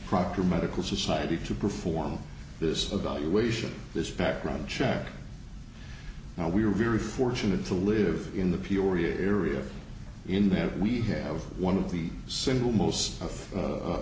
proper medical society to perform this of valuation this background check now we are very fortunate to live in the peoria area in that we have one of the single most of